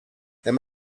there